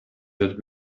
that